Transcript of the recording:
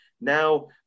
Now